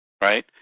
right